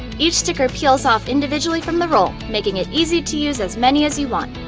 each sticker peels off individually from the roll, making it easy to use as many as you want.